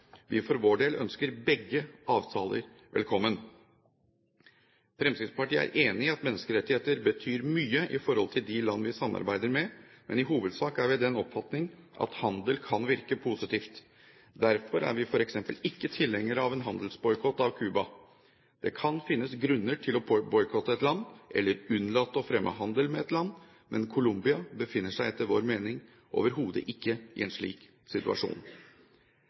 Vi for vår del ønsker begge avtaler velkommen. Fremskrittspartiet er enig i at menneskerettigheter betyr mye i forhold til de land vi samarbeider med, men i hovedsak er vi av den oppfatning at handel kan virke positivt. Derfor er vi f.eks. ikke tilhengere av en handelsboikott av Cuba. Det kan finnes grunner til å boikotte et land, eller unnlate å fremme handel med et land, men Colombia befinner seg etter vår mening overhodet ikke i en slik situasjon.